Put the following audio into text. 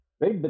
right